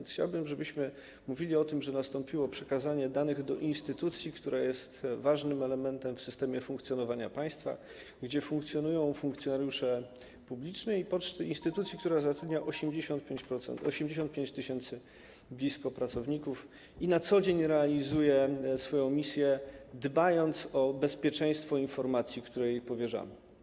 Chciałbym więc, żebyśmy mówili o tym, że nastąpiło przekazanie danych do instytucji, która jest ważnym elementem w systemie funkcjonowania państwa, gdzie funkcjonują funkcjonariusze publicznej poczty, instytucji, która zatrudnia blisko 85 tys. pracowników i na co dzień realizuje swoją misję, dbając o bezpieczeństwo informacji, które jej powierzamy.